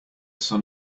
sun